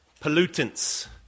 Pollutants